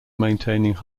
maintaining